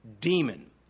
demon